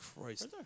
Christ